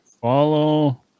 follow